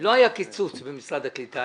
לא היה קיצוץ במשרד הקליטה.